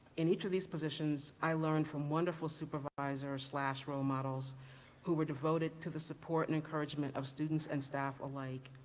in each of these positions, i learned from wonderful supervisors role models who were devoted to the support and encouragement of students and staff alike.